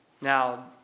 Now